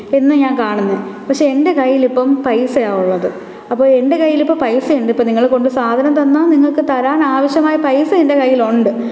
എന്നു ഞാൻ കാണുന്നത് പക്ഷെ എന്റെ കയ്യിൽ ഇപ്പോള് പൈസയാണ് ഉള്ളത് അപ്പോള് എന്റെ കയ്യില് ഇപ്പോള് പൈസയുണ്ട് ഇപ്പോള് നിങ്ങള് കൊണ്ട് സാധനം തന്നാല് നിങ്ങൾക്ക് തരാൻ ആവശ്യമായ പൈസ എന്റെ കയ്യിലുണ്ട്